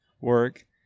Work